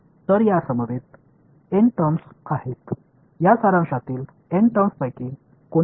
எனவே இந்த சுருக்கத்தில் N வெளிப்பாடுகள் உள்ளன இந்த N சொற்களில் எந்த வெளிப்பாடு நீடித்து இருக்கும்